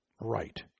Right